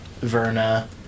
Verna